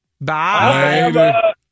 Bye